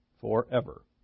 forever